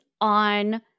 on